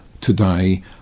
today